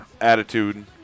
attitude